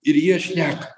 ir jie šneka